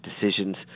decisions